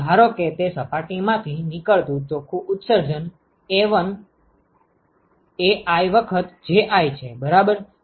તો ધારો કે તે સપાટીમાંથી નીકળતું ચોખ્ખું ઉત્સર્જન Ai વખત Ji છે બરાબર